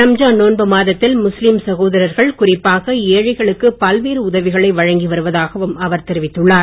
ரம்ஜான் நோன்பு மாதத்தில் முஸ்லீம் சகோதரர்கள் குறிப்பாக ஏழைகளுக்கு பல்வேறு உதவிகளை வழங்கி வருவதாகவும் அவர் தெரிவித்துள்ளார்